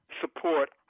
support